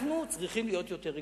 אנחנו צריכים להיות יותר רגישים.